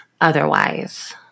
otherwise